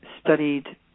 studied